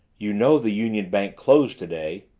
you know the union bank closed today.